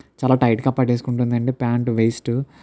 చాలా టైట్గా పట్టేసుకుంటుంది అండి పాంట్ వెయిస్టు